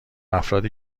افرادی